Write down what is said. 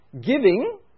giving